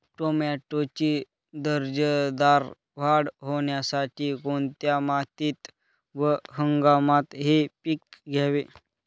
टोमॅटोची दर्जेदार वाढ होण्यासाठी कोणत्या मातीत व हंगामात हे पीक घ्यावे?